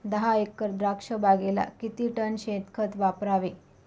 दहा एकर द्राक्षबागेला किती टन शेणखत वापरावे?